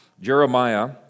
Jeremiah